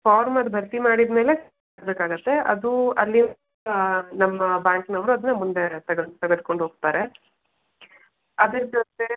ಫಾರ್ಮನ್ನು ಭರ್ತಿ ಮಾಡಿದ ಮೇಲೆ ಬೇಕಾಗತ್ತೆ ಅದು ನಮ್ಮ ಬ್ಯಾಂಕ್ನವರು ಅದನ್ನ ಮುಂದೆ ತೆಗೆದ್ ತೆಗೆದ್ಕೊಂಡು ಹೋಗ್ತಾರೆ ಅದರ ಜೊತೆ